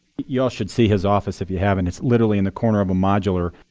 you all should see his office if you haven't. it's literally in the corner of a modular.